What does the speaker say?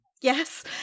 yes